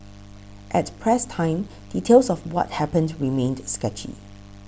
at press time details of what happened remained sketchy